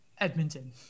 Edmonton